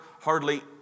hardly